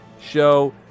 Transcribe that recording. show